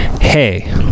hey